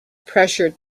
pressured